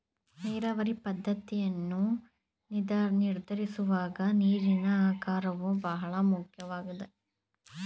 ನೀರಾವರಿ ಪದ್ದತಿಯನ್ನು ನಿರ್ಧರಿಸುವಾಗ ನೀರಿನ ಆಕಾರವು ಬಹಳ ಮುಖ್ಯವಾಗುವುದೇ?